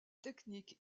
technique